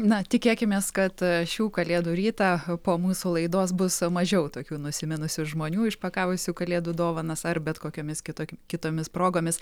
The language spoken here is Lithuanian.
na tikėkimės kad šių kalėdų rytą po mūsų laidos bus mažiau tokių nusiminusių žmonių išpakavusių kalėdų dovanas ar bet kokiomis kito kitomis progomis